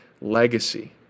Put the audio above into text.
legacy